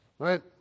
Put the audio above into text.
right